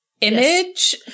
Image